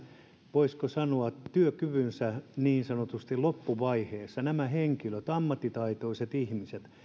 voisiko sanoa työkykynsä loppuvaiheessa olevat henkilöt ammattitaitoiset ihmiset